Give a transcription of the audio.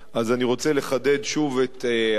אז אני רוצה לחדד שוב את הראייה